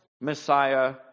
Messiah